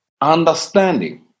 understanding